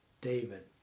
David